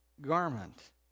garment